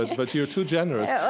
but you're too generous.